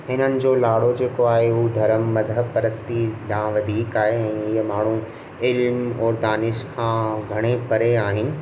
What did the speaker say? हिननि जो लाड़ो जेको आहे उहा धर्म मज़हब परिस्थिती खां वधीक आहे ऐं इहे माण्हू एलिअन औरि दानिश खां घणेई परे आहिनि